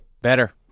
Better